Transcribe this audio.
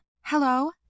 Hello